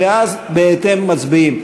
ואז בהתאם מצביעים.